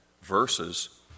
verses